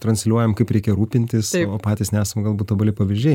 transliuojam kaip reikia rūpintis o patys nesam galbūt tobuli pavyzdžiai